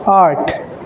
آٹھ